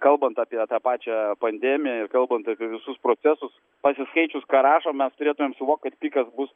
kalbant apie tą pačią pandemiją ir kalbant apie visus procesus pasiskaičius ką rašo mes turėtumėm suvokt kad pikas bus